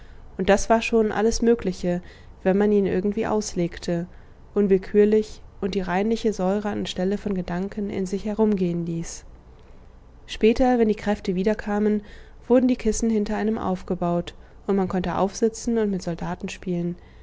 und das war schon alles mögliche wenn man ihn irgendwie auslegte unwillkürlich und die reinliche säure an stelle von gedanken in sich herumgehen ließ später wenn die kräfte wiederkamen wurden die kissen hinter einem aufgebaut und man konnte aufsitzen und mit soldaten spielen